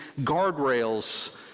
guardrails